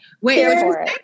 Wait